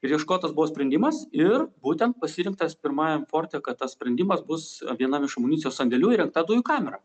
ir ieškotas buvo sprendimas ir būtent pasirinktas pirmajam forte kad tas sprendimas bus vienam iš amunicijos sandėlių įrengta dujų kamera